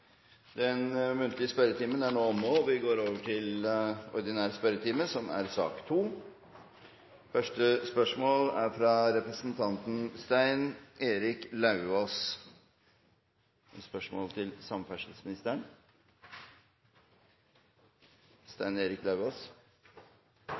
Den muntlige spørretimen er nå omme, og vi går over til